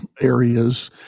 areas